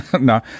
No